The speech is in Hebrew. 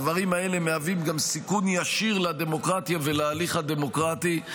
הדברים האלה מהווים גם סיכון ישיר לדמוקרטיה ולהליך הדמוקרטי.